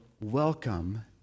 welcome